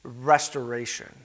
restoration